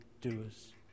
doers